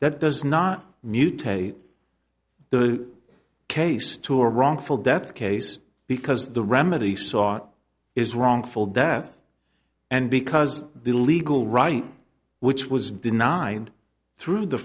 that does not mutate the case to a wrongful death case because the remedy sought is wrongful death and because the legal right which was denied through the